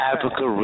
Africa